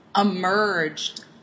emerged